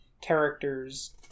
characters